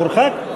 הוא הורחק?